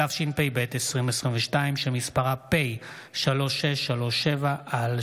התשפ"ב 2022, שמספרה פ/3637/24.